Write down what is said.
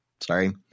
Sorry